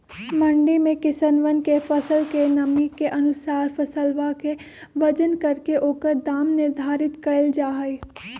मंडी में किसनवन के फसल के नमी के अनुसार फसलवा के वजन करके ओकर दाम निर्धारित कइल जाहई